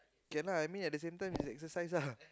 can lah I mean at the same time is exercise lah